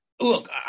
Look